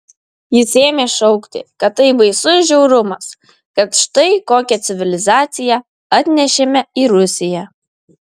jis ėmė šaukti kad tai baisus žiaurumas kad štai kokią civilizaciją atnešėme į rusiją